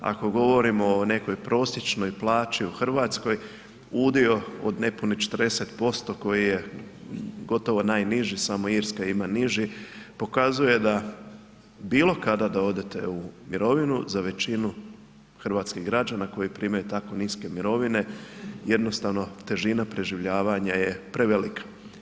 Ako govorimo o nekoj prosječnoj plaći u Hrvatskoj udio od nepunih 40% koji je gotovo najniži, samo Irska ima niži, pokazuje da bilo kada da odete u mirovinu za većinu hrvatskih građana koji primaju tako niske mirovine jednostavno težina preživljavanja je prevelika.